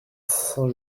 saint